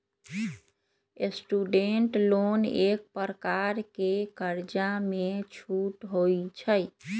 student loan एक प्रकार के कर्जामें छूट होइ छइ